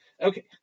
Okay